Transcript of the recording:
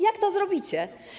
Jak to zrobicie?